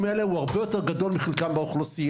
האלה הוא הרבה יותר גדול מחלקם באוכלוסייה.